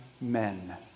men